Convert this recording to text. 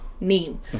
name